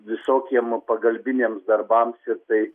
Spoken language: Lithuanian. visokiem pagalbiniams darbams ir tai